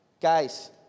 Guys